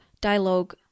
dialogue